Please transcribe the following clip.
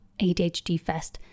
ADHDfest